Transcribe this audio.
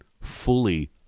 fully